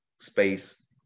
space